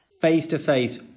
Face-to-face